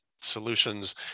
solutions